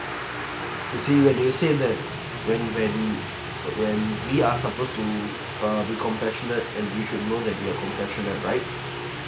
you see when you say that when when when we are supposed to uh be compassionate and you should know that you are compassionate right